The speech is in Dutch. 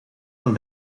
wel